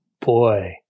Boy